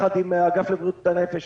ביחד עם האגף לבריאות הנפש,